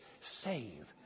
Save